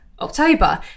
October